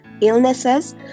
illnesses